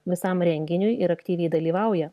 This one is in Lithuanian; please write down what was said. visam renginiui ir aktyviai dalyvauja